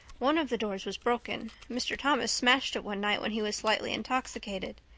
one of the doors was broken. mr. thomas smashed it one night when he was slightly intoxicated.